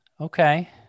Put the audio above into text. Okay